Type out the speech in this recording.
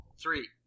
three